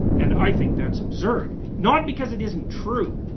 and i think that's absurd, not because it isn't true,